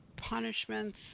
punishments